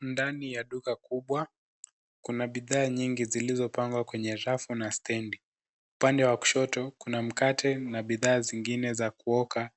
Ndani ya duka kubwa, kuna bidhaa nyingi zilizopangwa kwenye rafu na stendi. Upande wa kushoto, kuna mkate na bidhaa zingine za kuoka